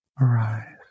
arise